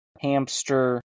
hamster